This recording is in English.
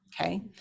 Okay